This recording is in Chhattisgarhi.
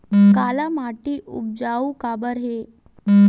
काला माटी उपजाऊ काबर हे?